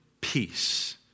peace